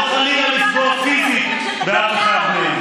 ולא חלילה לפגוע פיזית באף אחד מהם.